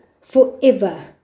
forever